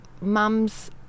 mums